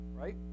right